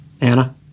Anna